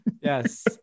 Yes